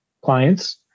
clients